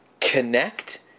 connect